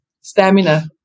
stamina